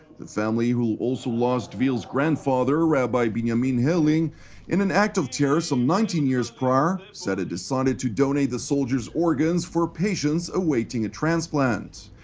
the family, who also lost dvir's grandfather rabbi binyamin herling in an act of terror some nineteen years prior, said it decided to donate the soldier's organs for patients awaiting a transplant.